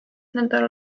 nädala